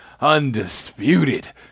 undisputed